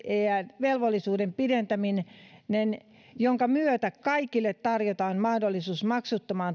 oppivelvollisuuden pidentäminen jonka myötä kaikille tarjotaan mahdollisuus maksuttomaan